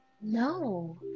No